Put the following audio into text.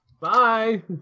bye